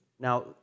Now